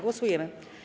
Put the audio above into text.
Głosujemy.